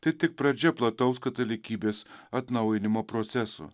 tai tik pradžia plataus katalikybės atnaujinimo proceso